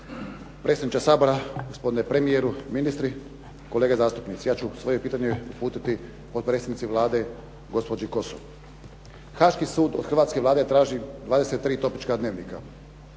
Haaški sud od hrvatske Vlade traži 23 topnička dnevnika.